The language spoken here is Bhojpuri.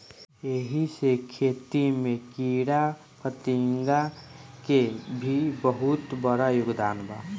एही से खेती में कीड़ाफतिंगा के भी बहुत बड़ योगदान बा